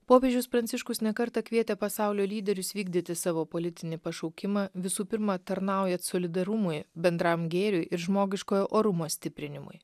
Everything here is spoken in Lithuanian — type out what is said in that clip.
popiežius pranciškus ne kartą kvietė pasaulio lyderius vykdyti savo politinį pašaukimą visų pirma tarnaujat solidarumui bendram gėriui ir žmogiškojo orumo stiprinimui